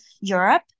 Europe